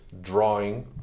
drawing